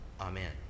Amen